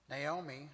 Naomi